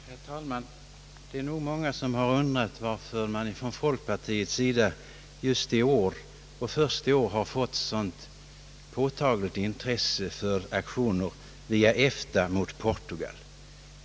Herr talman! Det är många som undrat varför folkpartiet först i år har fått ett sådant påtagligt intresse för aktioner via EFTA mot Portugal.